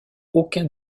aucun